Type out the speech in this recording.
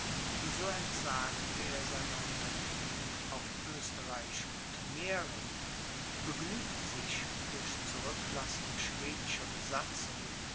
so entsagte er seiner unternehmung auf oesterreich und mähren begnügte sich durch zurücklassung schwedischer besatzungen